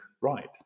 right